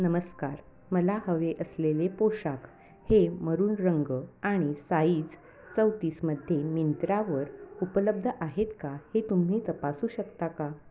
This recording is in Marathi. नमस्कार मला हवे असलेले पोशाख हे मरुण रंग आणि साईज चौतीसमध्ये मिंत्रावर उपलब्ध आहेत का हे तुम्ही तपासू शकता का